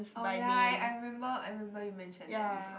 oh ya I remember I remember you mention that before